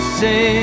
say